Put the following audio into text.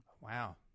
Wow